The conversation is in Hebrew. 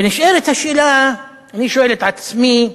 ונשאלת השאלה, אני שואל את עצמי: